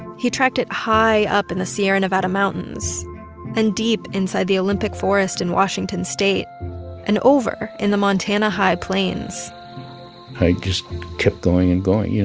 he tracked it high up in the sierra nevada mountains and deep inside the olympic forest in washington state and over in the montana high plains i just kept going and going, you